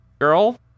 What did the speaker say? girl